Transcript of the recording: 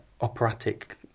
operatic